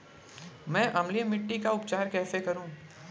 मैं अम्लीय मिट्टी का उपचार कैसे करूं?